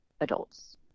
adults